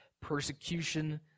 persecution